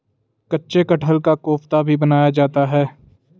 कच्चे कटहल का कोफ्ता भी बनाया जाता है